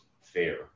fair